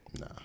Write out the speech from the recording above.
Nah